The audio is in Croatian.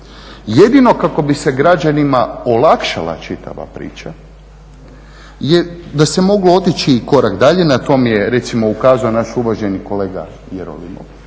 Jedino kako bi se građanima olakšala čitava priča je da mogu otići korak dalje, na to mi je recimo ukazao naš uvaženi kolega Jerolimov,